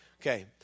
Okay